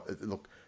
Look